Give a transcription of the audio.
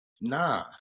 Nah